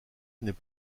n’est